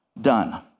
done